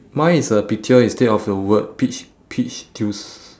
mine is a picture instead of the word peach peach juice